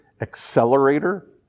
accelerator